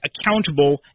accountable